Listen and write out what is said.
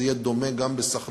זה יהיה דומה גם בסח'נין,